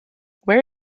where